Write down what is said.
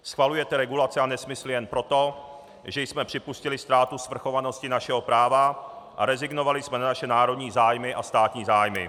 Schvalujete regulaci a nesmysly jen proto, že jsme připustili ztrátu svrchovanosti našeho práva a rezignovali jsme na naše národní zájmy a státní zájmy.